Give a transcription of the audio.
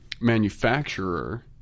manufacturer